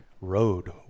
road